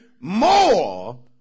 more